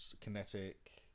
kinetic